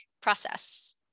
process